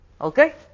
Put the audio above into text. Okay